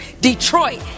Detroit